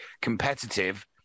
competitive